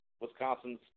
Wisconsin's